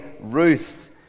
Ruth